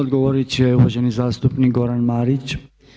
Odgovorit će uvaženi zastupnik Goran Marić.